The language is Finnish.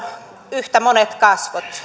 yhtä monet kasvot